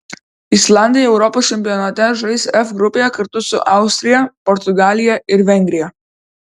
islandai europos čempionate žais f grupėje kartu su austrija portugalija ir vengrija